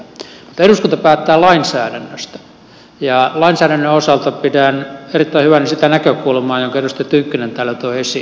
mutta eduskunta päättää lainsäädännöstä ja lainsäädännön osalta pidän erittäin hyvänä sitä näkökulmaa jonka edustaja tynkkynen täällä toi esiin